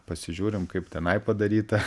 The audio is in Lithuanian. pasižiūrim kaip tenai padaryta